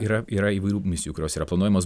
yra yra įvairių misijų kurios yra planuojamos